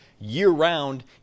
year-round